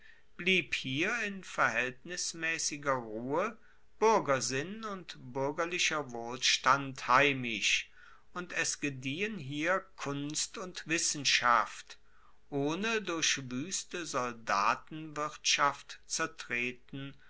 blieb hier in verhaeltnismaessiger ruhe buergersinn und buergerlicher wohlstand heimisch und es gediehen hier kunst und wissenschaft ohne durch wueste soldatenwirtschaft zertreten